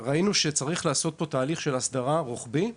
שצריך לעשות פה תהליך רוחבי של הסדרה,